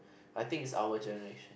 I think is our generation